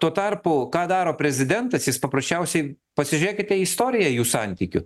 tuo tarpu ką daro prezidentas jis paprasčiausiai pasižiūrėkite į istoriją jų santykių